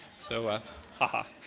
so, ah haha.